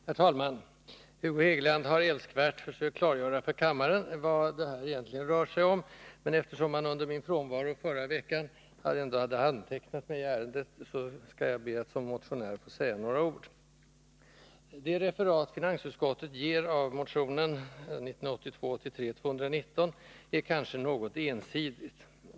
Herr talman! Hugo Hegeland har älskvärt försökt klargöra för kammaren vad det här egentligen rör sig om, men eftersom man under min frånvaro förra veckan ändå hade antecknat mig i ärendet skall jag be att som motionär få säga några ord. Det referat finansutskottet ger av motion 1982/83:219 är kanske något ensidigt.